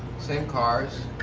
same cars,